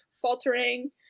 faltering